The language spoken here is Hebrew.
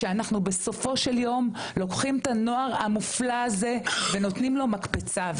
שאנחנו בסופו של יום לוקחים את הנוער המופלא הזה ונותנים לו מקפצה.